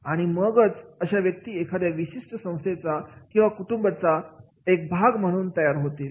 आणि मगच अशी व्यक्ती एखाद्या विशिष्ट संस्थेचा किंवा कुटुंबाचा एक भाग म्हणून तयार होईल